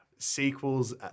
sequels